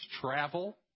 travel